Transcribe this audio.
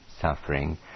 suffering